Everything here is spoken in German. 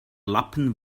lappen